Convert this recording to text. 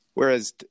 Whereas